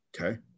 okay